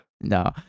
No